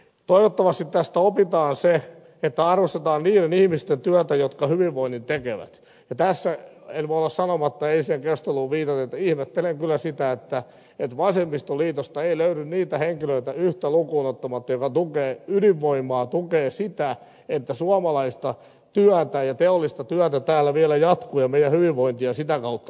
toivottavasti tästä opitaan se että arvostetaan niiden ihmisten työtä jotka hyvinvoinnin tekevät ja tässä en voi olla sanomatta eiliseen keskusteluun viitaten että ihmettelen kyllä sitä että vasemmistoliitosta ei löydy niitä henkilöitä yhtä lukuun ottamatta jotka tukevat ydinvoimaa tukevat sitä että suomalaista työtä ja teollista työtä täällä vielä jatketaan ja meidän hyvinvointia sitä kautta luodaan